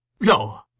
No